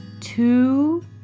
two